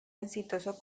exitoso